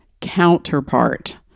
counterpart